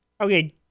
Okay